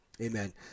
Amen